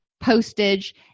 postage